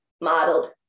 modeled